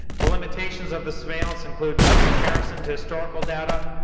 the limitations of the surveillance include comparison to historical data,